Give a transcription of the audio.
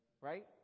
Right